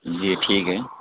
جی ٹھیک ہے